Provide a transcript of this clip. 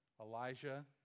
Elijah